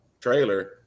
trailer